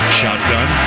shotgun